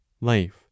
life